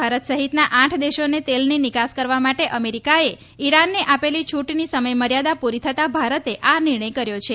ભારત સહિતના આઠ દેશોને તેલની નિકાસ કરવા માટે અમેરિકાએ ઇરાનને આપેલી છૂટની સમયમર્યાદા પુરી થતા ભારતે આ નિર્ણય કર્યો છે